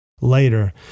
later